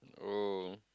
oh